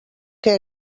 que